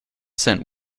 sent